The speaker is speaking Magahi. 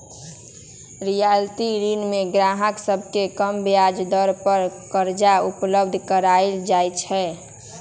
रियायती ऋण में गाहक सभके कम ब्याज दर पर करजा उपलब्ध कराएल जाइ छै